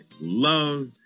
Love